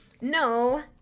No